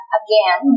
again